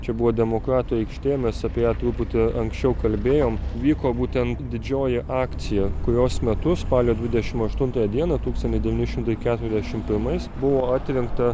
čia buvo demokratų aikštė mes apie ją truputį anksčiau kalbėjom vyko būtent didžioji akcija kurios metu spalio dvidešimt aštuntąją dieną tūkstantis devyni šimtai keturiasdešimt pirmais buvo atrinkta